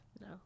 No